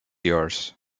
yours